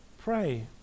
pray